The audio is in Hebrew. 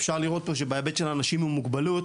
אפשר לראות שבהיבט של אנשים עם מוגבלות